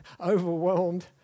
overwhelmed